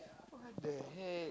what the heck